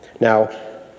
Now